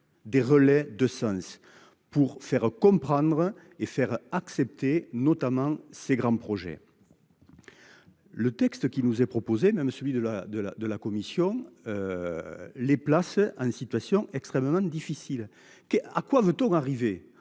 Des relais de sens pour faire comprendre et faire accepter notamment ses grands projets. Le texte qui nous est proposé ne me celui de la, de la, de la commission. Les places à une situation extrêmement difficile qui à quoi veut-on arrivé